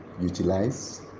utilize